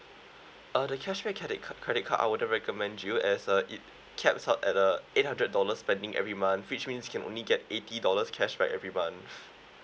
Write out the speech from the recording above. uh the cashback credit card credit card I wouldn't recommend you as uh it caps out at uh eight hundred dollars spending every month which means you can only get eighty dollars cashback every month